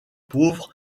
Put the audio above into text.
pauvre